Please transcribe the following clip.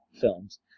films